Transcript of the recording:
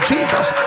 Jesus